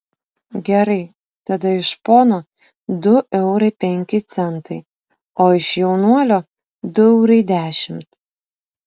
gerai tada iš pono du eurai penki centai o iš jaunuolio du eurai dešimt